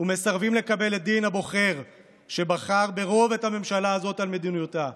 ומסרבים לקבל את דין הבוחר שבחר ברוב את הממשלה הזאת על מדיניותה,